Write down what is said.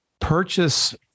purchase